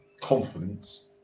confidence